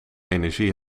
energie